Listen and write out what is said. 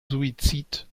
suizid